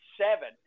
seven